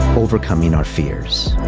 overcoming our fears